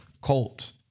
colt